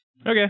Okay